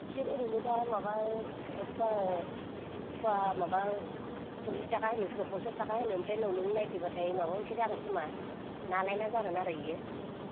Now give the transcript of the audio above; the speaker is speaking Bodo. बिसोर ओरैनो दा माबा फवा फवा माबा सल्लिस थाखा होनो सोरबा फनसास थाखा ओमफ्राय उनाव नों नायफैबाथाय माबा मोनसे जागोन खोमा ना लायै ना जोगान आरो बियो